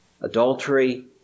adultery